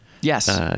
Yes